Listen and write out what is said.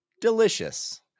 delicious